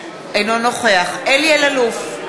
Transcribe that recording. אינו נוכח אלי אלאלוף,